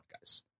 guys